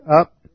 up